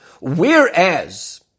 Whereas